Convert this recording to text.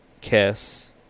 kiss